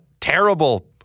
terrible